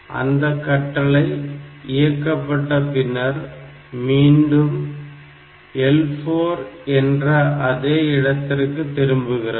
அந்தக் கட்டளை இயக்கப்பட்ட பின்னர் மீண்டும் L4 என்ற அதே இடத்திற்கு திரும்புகிறது